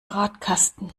radkasten